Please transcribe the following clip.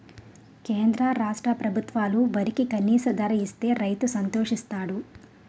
కేంద్ర రాష్ట్ర ప్రభుత్వాలు వరికి కనీస ధర ఇస్తే రైతు సంతోషిస్తాడు